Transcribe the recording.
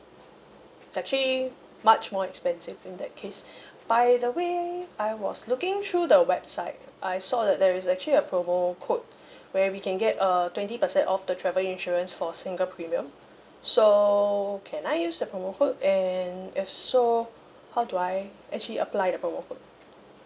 it's actually much more expensive in that case by the way I was looking through the website I saw that there is actually a promo code where we can get a twenty percent off the travel insurance for single premium so can I use the promo code and if so how do I actually apply the promo code